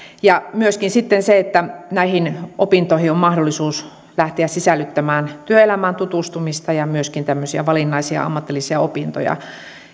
myöskin sitten se että näihin opintoihin on mahdollisuus lähteä sisällyttämään työelämään tutustumista ja myöskin tämmöisiä valinnaisia ammatillisia opintoja